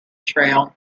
trail